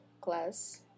class